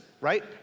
right